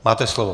Máte slovo.